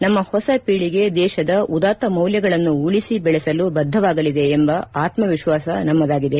ನಮ್ನ ಹೊಸ ಪೀಳಿಗೆ ದೇಶದ ಉದಾತ್ತ ಮೌಲ್ಲಗಳನ್ನು ಉಳಿಸಿ ಬೆಳೆಸಲು ಬದ್ಧವಾಗಲಿದೆ ಎಂಬ ಆತ್ಸವಿಶ್ವಾಸ ನಮ್ನದಾಗಿದೆ